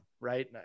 Right